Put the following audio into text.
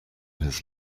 his